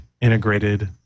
integrated